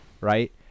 right